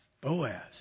Boaz